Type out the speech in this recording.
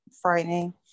frightening